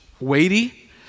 weighty